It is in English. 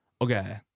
okay